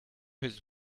his